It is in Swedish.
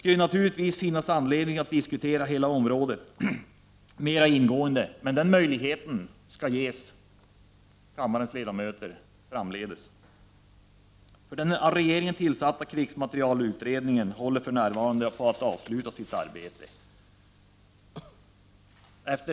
Självfallet finns det anledning att diskutera hela det här området mera ingående, och det kommer kammarens ledamöter också att få tillfälle till framledes. Den av regeringen tillsatta krigsmaterielutredningen håller för närvarande på att avsluta sitt arbete.